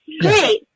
Great